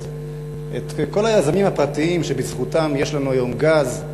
את כל היזמים הפרטיים שבזכותם יש לנו היום גז.